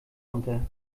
unter